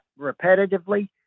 repetitively